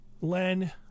len